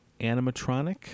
animatronic